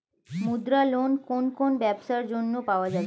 মুদ্রা লোন কোন কোন ব্যবসার জন্য পাওয়া যাবে?